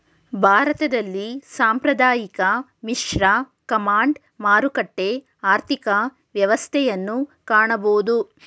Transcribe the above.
ಭಾರತದಲ್ಲಿ ಸಾಂಪ್ರದಾಯಿಕ, ಮಿಶ್ರ, ಕಮಾಂಡ್, ಮಾರುಕಟ್ಟೆ ಆರ್ಥಿಕ ವ್ಯವಸ್ಥೆಯನ್ನು ಕಾಣಬೋದು